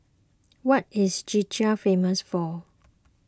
what is Czechia famous for